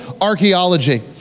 archaeology